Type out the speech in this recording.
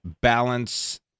balance